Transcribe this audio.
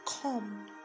come